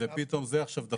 ופתאום זה עכשיו דחוף.